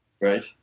right